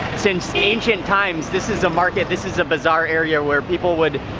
since ancient times, this is a market, this is a bazaar area where people would,